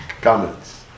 comments